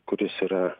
kuris yra